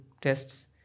tests